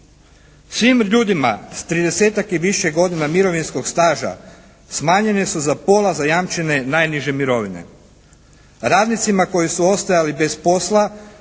Svim ljudima s tridesetak i više godina mirovinskog staža smanjenje su za pola zajamčene najniže mirovine. Radnicima koji su ostajali bez posla